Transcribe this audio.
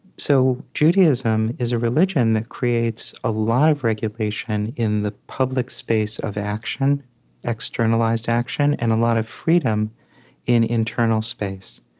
so judaism is a religion that creates a lot of regulation in the public space of action externalized action and a lot of freedom in internal space.